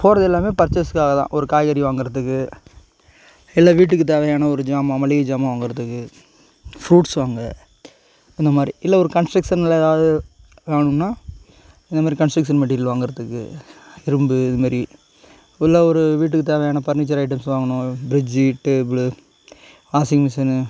போகறது எல்லாமே பர்ச்சேஸ்க்காக தான் ஒரு காய்கறி வாங்கறதுக்கு இல்லை வீட்டுக்குத் தேவையான ஒரு ஜாமான் மளிகை ஜாமான் வாங்கறதுக்கு ஃப்ரூட்ஸ் வாங்க இந்த மாதிரி இல்லை ஒரு கன்ஸ்ட்ரக்ஷனில் ஏதாவது வாங்கணும்னா இந்த மாதிரி கன்ஸ்ட்ரக்ஷன் மெட்டீரியல் வாங்கறதுக்கு இரும்பு இது மாரி இல்லை ஒரு வீட்டுக்குத் தேவையான பர்னிச்சர் ஐட்டம்ஸ் வாங்கணும் பிரிட்ஜு டேபிளு வாஷிங் மிஷினு